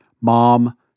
Mom